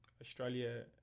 Australia